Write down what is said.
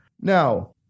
Now